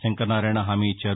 శంకరనారాయణ హామీ ఇచ్చారు